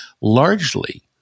largely